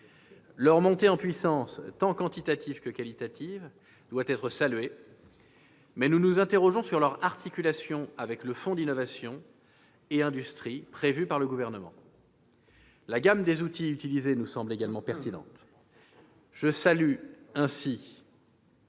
Leur montée en puissance, tant quantitative que qualitative, doit être saluée, mais nous nous interrogeons sur leur articulation avec le fonds pour l'innovation et l'industrie prévu par le Gouvernement. La gamme des outils mobilisés nous semble également pertinente. Je rends